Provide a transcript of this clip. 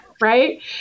Right